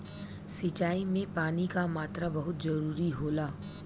सिंचाई में पानी क मात्रा बहुत जरूरी होला